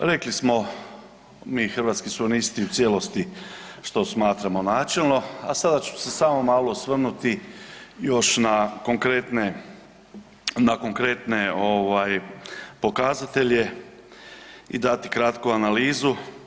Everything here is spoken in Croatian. Dakle, rekli smo mi hrvatski suverenisti u cijelosti što smatramo načelno, a sada ću se samo malo osvrnuti još na konkretne pokazatelje i dati kratku analizu.